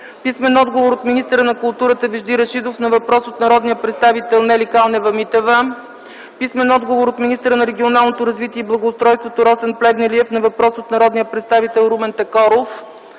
писмен отговор от министъра на културата Вежди Рашидов на въпрос от народния представител Нели Калнева-Митева; - писмен отговор от министъра на регионалното развитие и благоустройството Росен Плевнелиев на въпрос от народния представител Румен Такоров;